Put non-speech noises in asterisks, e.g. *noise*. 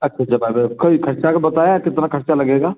अच्छा *unintelligible* कोई ख़र्चा का बताया है कितना ख़र्चा लगेगा